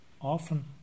often